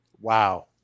Wow